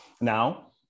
Now